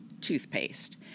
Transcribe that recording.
Toothpaste